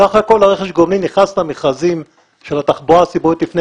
בסך הכול רכש הגומלין נכנס למכרזים של התחבורה הציבורית לפני